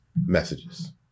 messages